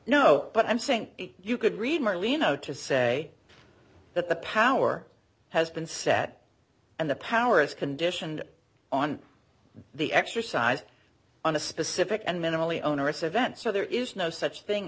no but i'm saying you could read merlino to say that the power has been set and the power is conditioned on the exercise on a specific and minimally onerous event so there is no such thing